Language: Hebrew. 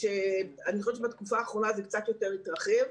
אני חושבת שבתקופה האחרונה זה קצת יותר התרחב.